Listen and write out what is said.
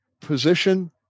position